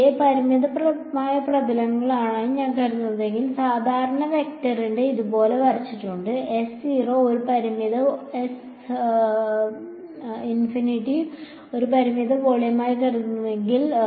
ഇവയെ പരിമിതമായ പ്രതലങ്ങളാണെന്ന് ഞാൻ കരുതുന്നുവെങ്കിൽ ഞാൻ സാധാരണ വെക്ടറിനെ ഇതുപോലെ വരച്ചിട്ടുണ്ട് ഞാൻ ഒരു പരിമിത വോളിയമായി കരുതുന്നുവെങ്കിൽ